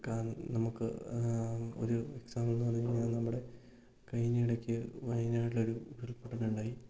കാരണം നമുക്ക് ഒരു എക്സാമ്പിൾ എന്നു പറഞ്ഞാൽ നമ്മുടെ കഴിഞ്ഞിടയ്ക്ക് വയനാട്ടിലൊരു ഉരുൾ പൊട്ടലുണ്ടായി